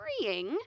freeing